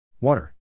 Water